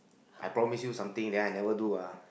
I promise you something then I never do ah